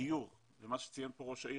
דיור יותר זול בחלקו,